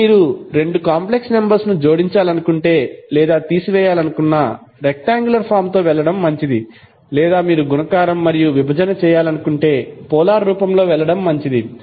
ఇప్పుడు మీరు రెండు కాంప్లెక్స్ నంబర్స్ ను జోడించాలనుకుంటే లేదా తీసి వేయాలనుకున్నా రెక్టాంగులర్ ఫార్మ్ తో వెళ్లడం మంచిది లేదా మీరు గుణకారం మరియు విభజన చేయాలనుకుంటే పొలార్ రూపంలో వెళ్లడం మంచిది